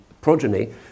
progeny